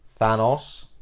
Thanos